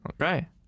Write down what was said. Okay